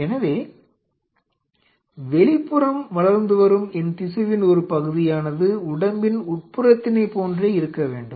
எனவே வெளிபுறம் வளர்ந்துவரும் என் திசுவின் ஒரு பகுதியானது உடம்பின் உட்புறத்தினைப் போன்றே இருக்க வேண்டும்